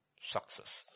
success